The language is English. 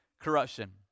corruption